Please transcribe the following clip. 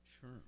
Sure